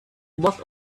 both